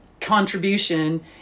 contribution